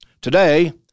today